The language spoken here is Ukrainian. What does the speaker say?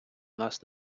нас